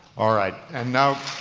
all right, and now